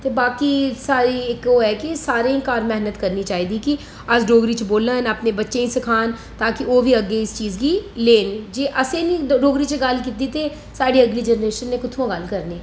ते बाकी साढ़ी इक ऐ है कि सारे गी घर मेह्नत करनी चाहिदी कि अस डोगरी च बोलन अस अपने बच्चें गी सखान ताकि ओह् बी अग्गै इस चीज़ गी लेन जे असें नेईं डोगरी च गल्ल कीती ते साढ़ी अगली जनरेशन ने कुत्थुआं गल्ल करनी ऐ